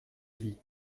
vis